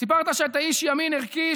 סיפרת שאתה איש ימין ערכי,